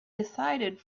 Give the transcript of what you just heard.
decided